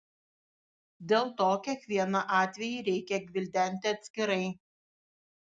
dėl to kiekvieną atvejį reikia gvildenti atskirai